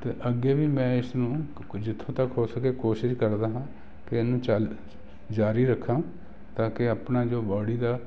ਅਤੇ ਅੱਗੇ ਵੀ ਮੈਂ ਇਸ ਨੂੰ ਜਿੱਥੋਂ ਤੱਕ ਹੋ ਸਕੇ ਕੋਸ਼ਿਸ਼ ਕਰਦਾ ਹਾਂ ਕਿ ਇਹਨੂੰ ਚਲ ਜਾਰੀ ਰੱਖਾਂ ਤਾਂ ਕਿ ਆਪਣਾ ਜੋ ਬਾਡੀ ਦਾ